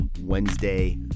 Wednesday